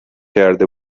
کرده